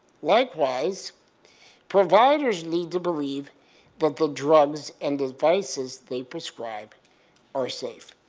likewise providers need to believe that the drugs and devices they prescribe are safe.